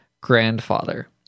grandfather